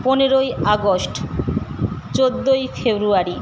পনেরোই আগস্ট চোদ্দোই ফেব্রুয়ারি